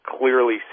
clearly